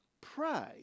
pray